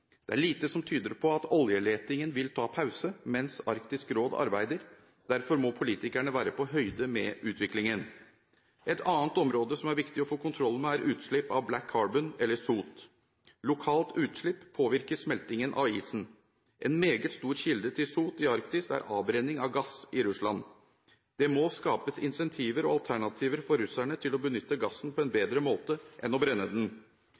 Det er lite som tyder på at oljeletingen vil ta pause mens Arktisk Råd arbeider. Derfor må politikerne være på høyde med utviklingen. Et annet område som det er viktig å få kontroll med, er utslipp av «black carbon» – eller sot. Lokalt utslipp påvirker smeltingen av isen. En meget stor kilde til sot i Arktis er avbrenning av gass i Russland. Det må skapes incentiver og alternativer for russerne til å benytte gassen på en bedre måte enn å brenne den.